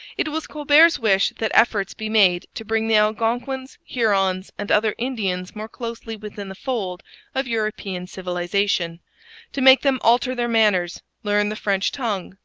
it was colbert's wish that efforts be made to bring the algonquins, hurons, and other indians more closely within the fold of european civilization to make them alter their manners, learn the french tongue,